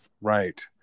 right